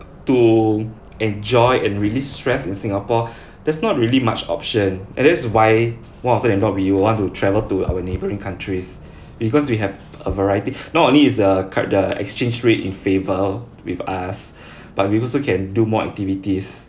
to enjoy and release stress in singapore there's not really much option and that's why more often than that we would want to travel to our neighbouring countries because we have a variety not only is the cut the exchange rate in favour with us but we also can do more activities